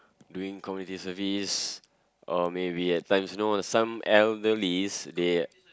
doing community service or maybe at times you know some elderlies they